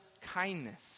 kindness